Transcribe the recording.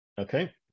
Okay